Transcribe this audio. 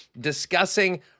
discussing